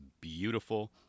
beautiful